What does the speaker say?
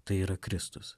tai yra kristus